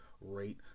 rate